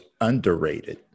underrated